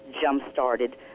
jump-started